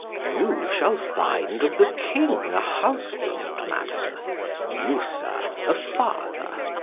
you shall find of the king a husband, madam you, sir, a father.